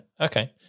Okay